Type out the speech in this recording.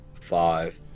Five